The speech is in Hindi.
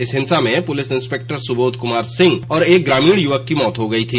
इस हिंसा में पुलिस इंस्पेक्टर सुबोध कुमार सिंह और एक ग्रामीण युवक की मौत हो गई थी